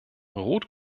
rot